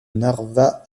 narva